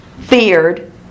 feared